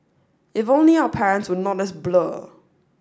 if only our parents were not as blur